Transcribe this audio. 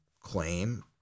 claim